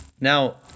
Now